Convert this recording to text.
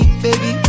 baby